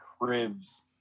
Cribs